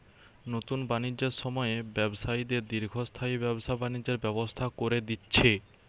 নুতন বাণিজ্যের সময়ে ব্যবসায়ীদের দীর্ঘস্থায়ী ব্যবসা বাণিজ্যের ব্যবস্থা কোরে দিচ্ছে